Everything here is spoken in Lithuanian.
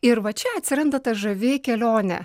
ir va čia atsiranda ta žavi kelionė